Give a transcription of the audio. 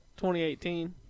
2018